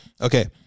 Okay